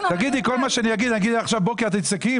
על כל מה שאני אגיד, אגיד שעכשיו בוקר ואת תצעקי?